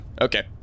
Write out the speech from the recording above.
Okay